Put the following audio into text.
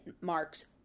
marks